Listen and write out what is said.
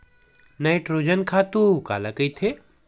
Nitrogen खातु काला कहिथे?